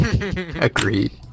Agreed